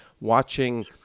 watching